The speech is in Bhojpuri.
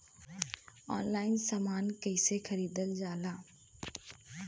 ऑनलाइन समान कैसे खरीदल जाला?